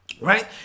right